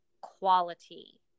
quality